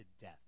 death